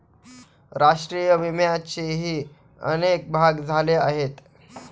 राष्ट्रीय विम्याचेही अनेक भाग झाले आहेत